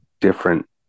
different